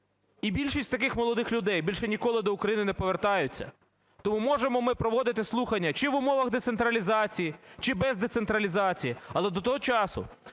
І більшість таких молодих людей більше ніколи до України не повертаються. Тому можемо ми проводити слухання чи в умовах децентралізації, чи без децентралізації, але до того часу,